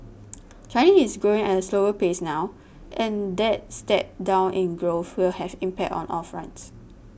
China is growing at a slower pace now and that step down in growth will have impact on all fronts